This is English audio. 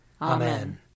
Amen